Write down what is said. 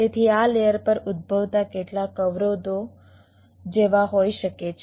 તેથી આ લેયર પર ઉદ્ભવતા કેટલાક અવરોધો જેવા હોઈ શકે છે